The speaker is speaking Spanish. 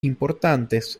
importantes